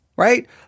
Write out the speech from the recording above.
right